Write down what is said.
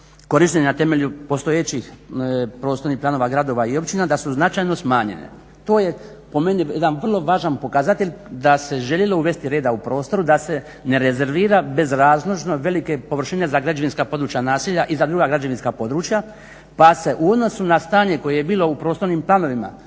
korišteni na temelju postojećih prostornih planova gradova i općina da su značajno smanjene. To je po meni jedan vrlo važan pokazatelj da se željelo uvesti reda u prostor, da se ne rezervira bezrazložno velike površine za građevinska područja naselja i za druga građevinska područja pa se u odnosu na stanje koje je bilo u prostornim planovima